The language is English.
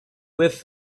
with